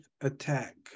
attack